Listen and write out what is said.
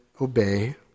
obey